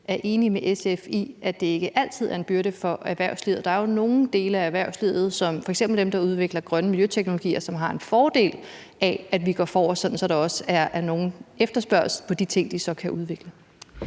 er enig med SF i, at det ikke altid er en byrde for erhvervslivet. Der er jo nogle dele af erhvervslivet, f.eks. dem, der udvikler grønne miljøteknologier, som har en fordel af, at vi går forrest, sådan at der også efterspørges på de ting, de så kan udvikle.